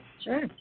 Sure